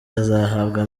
azahabwa